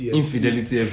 infidelity